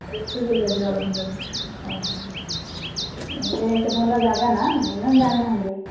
ଋଷିକୂଲ୍ୟା ଜଳଭଣ୍ଡାର ଓହୋ ହଁ ହେଲେ ସେ ଭଲ ଜାଗା ନା ନା ଜାଣି ନାହାନ୍ତି